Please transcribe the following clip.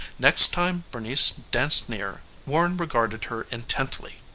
next time bernice danced near, warren regarded her intently.